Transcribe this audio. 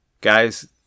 Guys